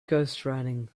ghostwriting